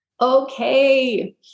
Okay